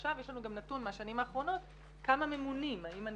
ועכשיו יש לנו גם נתון מהשנים האחרונות כמה ממונים מנכ"לים.